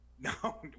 no